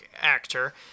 actor